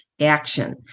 action